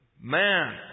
man